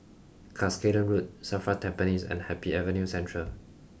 Cuscaden Road Safra Tampines and Happy Avenue Central